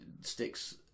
sticks